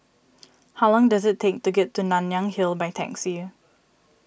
how long does it take to get to Nanyang Hill by taxi